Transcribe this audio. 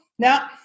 Now